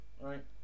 Right